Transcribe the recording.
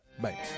bye